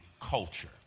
culture